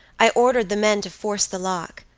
i ordered the men to force the lock.